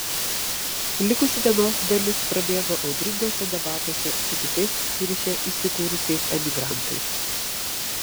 likusi dienos dalis prabėgo audringuose debatuose su kitais ciuriche įsikūrusiais emigrantais